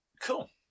cool